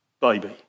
baby